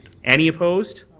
any opposed.